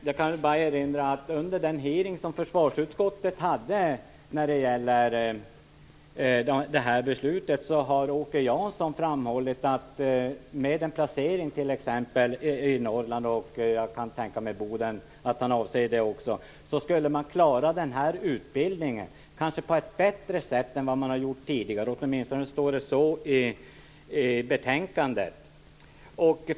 Fru talman! Under försvarets hearing inför det här beslutet framhöll Åke Jansson att med en placering i t.ex. Norrland - jag kan tänka mig att det är Boden som avses - skulle man kanske klara den här utbildningen bättre än man tidigare gjort. Åtminstone står det så i betänkandet.